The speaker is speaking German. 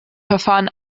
verfahren